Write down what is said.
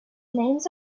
names